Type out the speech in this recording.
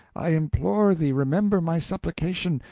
i implore thee remember my supplication,